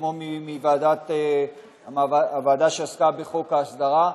כמו בוועדה שעסקה בחוק ההסדרה,